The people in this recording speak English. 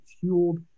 fueled